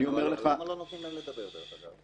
למה לא נותנים להם לדבר, דרך אגב?